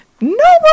no